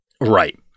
Right